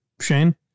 Shane